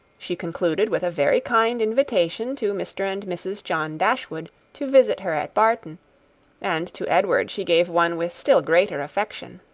she concluded with a very kind invitation to mr. and mrs. john dashwood to visit her at barton and to edward she gave one with still greater affection.